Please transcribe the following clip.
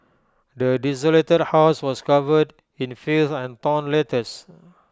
the desolated house was covered in filth and torn letters